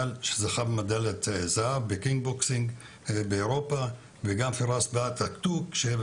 זוכה מדליית הזהב באירופה וגם את זוכה